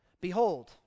Behold